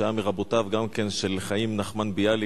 שהיה גם מרבותיו של חיים נחמן ביאליק,